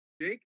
Jake